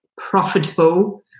profitable